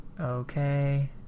Okay